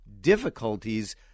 difficulties